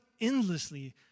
endlessly